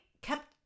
kept